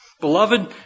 Beloved